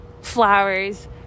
flowers